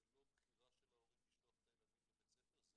זה לא בחירה של ההורים לשלוח את הילדים לבית ספר,